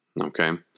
Okay